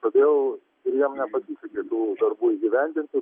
todėl ir jam nepasisekė tų darbų įgyvendint